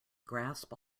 grasp